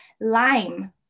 lime